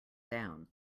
down